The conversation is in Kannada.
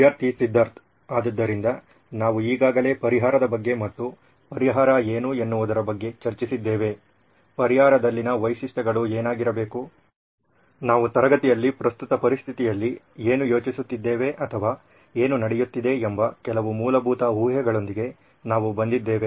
ವಿದ್ಯಾರ್ಥಿ ಸಿದ್ಧಾರ್ಥ್ ಆದ್ದರಿಂದ ನಾವು ಈಗಾಗಲೇ ಪರಿಹಾರದ ಬಗ್ಗೆ ಮತ್ತು ಪರಿಹಾರ ಎನು ಎನ್ನುವುದರ ಬಗ್ಗೆ ಚರ್ಚಿಸಿದ್ದೇವೆ ಪರಿಹಾರದಲ್ಲಿನ ವೈಶಿಷ್ಟ್ಯಗಳು ಏನಾಗಿರಬೇಕು ನಾವು ತರಗತಿಯಲ್ಲಿ ಪ್ರಸ್ತುತ ಪರಿಸ್ಥಿತಿಯಲ್ಲಿ ಏನು ಯೋಚಿಸುತ್ತಿದ್ದೇವೆ ಅಥವಾ ಏನು ನಡೆಯುತ್ತಿದೆ ಎಂಬ ಕೆಲವು ಮೂಲಭೂತ ಊಹೆಗಳೊಂದಿಗೆ ನಾವು ಬಂದಿದ್ದೇವೆ